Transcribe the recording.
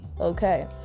okay